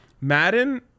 Madden